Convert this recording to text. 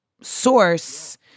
source